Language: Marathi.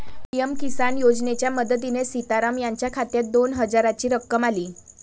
पी.एम किसान योजनेच्या मदतीने सीताराम यांच्या खात्यात दोन हजारांची रक्कम आली